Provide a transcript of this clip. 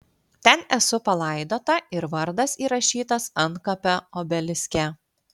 ten esu palaidota ir vardas įrašytas antkapio obeliske